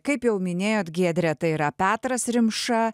kaip jau minėjot giedre tai yra petras rimša